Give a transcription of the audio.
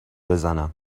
بزنم